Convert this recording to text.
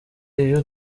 iyo